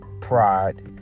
pride